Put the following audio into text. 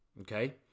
Okay